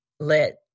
let